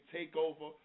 Takeover